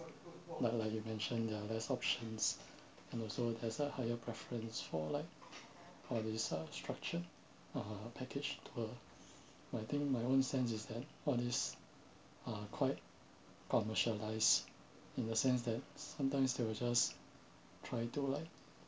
like like you mention there are less options and also there's like higher preference for like for this uh structure uh package tour I think my own sense is that all this are quite commercialise in a sense that sometimes they will just try to like